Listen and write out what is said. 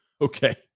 Okay